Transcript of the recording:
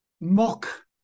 mock